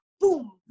boom